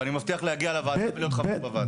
ואני מבטיח להגיע לוועדות ולהיות חבר בוועדה.